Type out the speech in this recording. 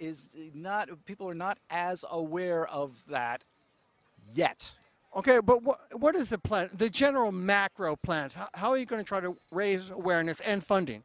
is not people are not as aware of that yet ok but what what does a place the general macro plant how are you going to try to raise awareness and funding